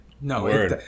no